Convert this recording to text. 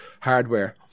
hardware